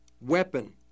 weapon